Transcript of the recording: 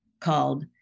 called